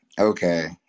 Okay